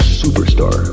superstar